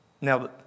Now